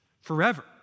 forever